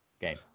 game